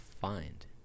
find